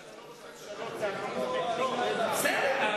בסדר.